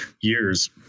years